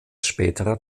späterer